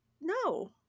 no